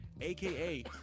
aka